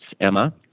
Emma